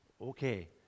okay